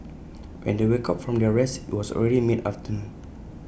when they woke up from their rest IT was already mid afternoon